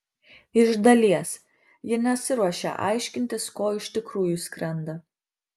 iš dalies ji nesiruošia aiškintis ko iš tikrųjų skrenda